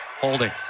holding